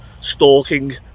stalking